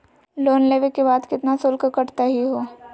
Loan लेवे के बाद केतना शुल्क कटतही हो?